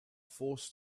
forced